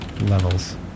levels